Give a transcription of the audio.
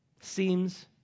seems